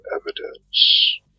evidence